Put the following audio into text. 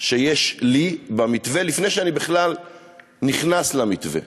שיש לי במתווה, לפני שאני בכלל נכנס למתווה,